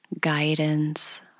guidance